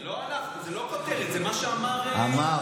זה לא אנחנו, זה לא כותרת, זה מה שאמר, אמר.